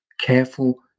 careful